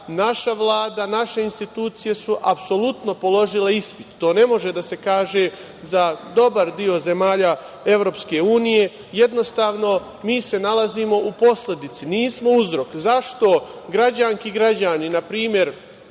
naša Vlada, naše institucije su apsolutno položile ispit. To ne može da se kaže za dobar deo zemalja EU. Jednostavno, mi se nalazimo u posledici. Nismo uzrok. Zašto, građanke i građani, na primer,